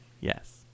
Yes